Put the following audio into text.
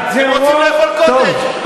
הם רוצים לאכול קוטג'.